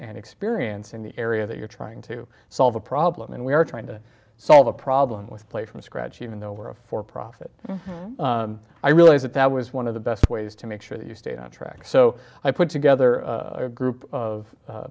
and experience in the area that you're trying to solve a problem and we are trying to solve a problem with play from scratch even though we're a for profit i realize that that was one of the best ways to make sure that you stay on track so i put together a group of